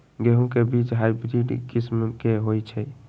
गेंहू के बीज हाइब्रिड किस्म के होई छई?